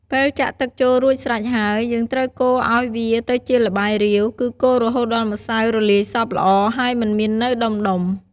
ពេលចាក់ទឹកចូលរួចស្រេចហើយ យើងត្រូវកូរឱ្យវាទៅជាល្បាយរាវ គឺកូររហូតដល់ម្សៅរលាយសព្វល្អ ហើយមិនមាននៅដំុៗ។